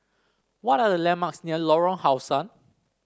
what are the landmarks near Lorong How Sun